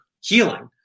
healing